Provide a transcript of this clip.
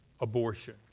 abortion